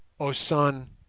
oh sun,